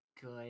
good